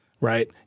right